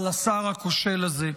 על השר הכושל הזה.